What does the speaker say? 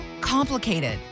complicated